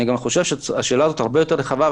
אני גם חושב שהשאלה הזאת הרבה יותר רחבה,